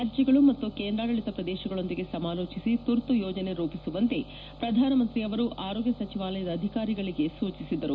ರಾಜ್ಯಗಳು ಮತ್ತು ಕೇಂದ್ರಾಡಳತ ಪ್ರದೇಶಗಳೊಂದಿಗೆ ಸಮಾಲೋಚಿಸಿ ತುರ್ತು ಯೋಜನೆ ರೂಪಿಸುವಂತೆ ಪ್ರಧಾನಮಂತ್ರಿಯವರು ಆರೋಗ್ಲ ಸಚಿವಾಲಯದ ಅಧಿಕಾರಿಗಳಿಗೆ ಸೂಚಿಸಿದರು